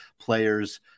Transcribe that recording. players